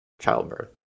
childbirth